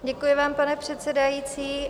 Děkuji vám, pane předsedající.